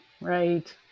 Right